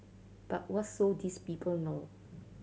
but what so these people know